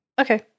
Okay